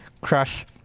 crush